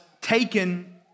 taken